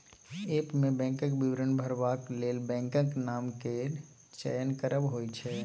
app मे बैंकक विवरण भरबाक लेल बैंकक नाम केर चयन करब होइ छै